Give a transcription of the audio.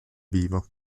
vivo